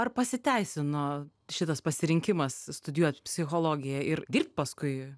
ar pasiteisino šitas pasirinkimas studijuot psichologiją ir dirbt paskui